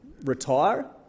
retire